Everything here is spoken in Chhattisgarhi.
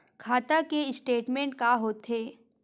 खाता के स्टेटमेंट का होथे?